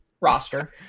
roster